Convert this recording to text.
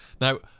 now